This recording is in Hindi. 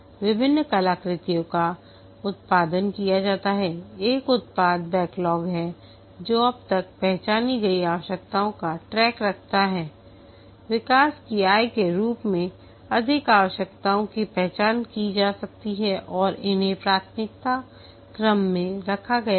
विभिन्न कलाकृतियों का उत्पादन किया जाता है एक उत्पाद बैकलॉग है जो अब तक पहचानी गई आवश्यकताओं का ट्रैक रखता है विकास की आय के रूप में अधिक आवश्यकताओं की पहचान की जा सकती है और इन्हें प्राथमिकता क्रम में रखा गया है